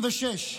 56,